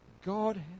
God